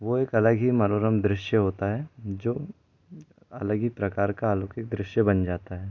वो एक अलग ही मनोरम दृश्य होता है जो अलग ही प्रकार का आलौकिक दृश्य बन जाता है